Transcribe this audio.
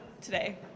today